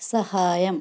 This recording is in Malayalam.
സഹായം